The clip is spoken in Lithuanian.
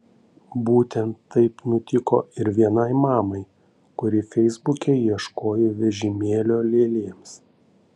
būtent taip nutiko ir vienai mamai kuri feisbuke ieškojo vežimėlio lėlėms